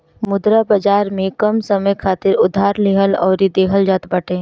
मुद्रा बाजार में कम समय खातिर उधार लेहल अउरी देहल जात बाटे